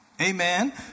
Amen